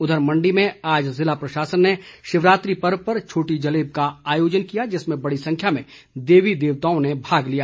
उधर मंडी में आज जिला प्रशासन ने शिवरात्रि पर्व पर छोटी जलेब का आयोजन किया जिसमें बड़ी संख्या में देवी देवताओं ने भाग लिया